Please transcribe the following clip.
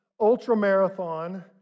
ultramarathon